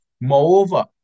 Moreover